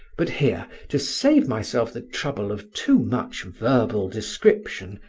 but here, to save myself the trouble of too much verbal description,